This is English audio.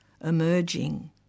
Emerging